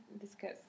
discuss